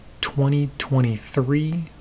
2023